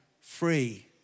free